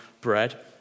bread